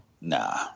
Nah